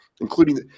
including